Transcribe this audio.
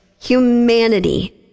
humanity